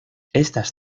estas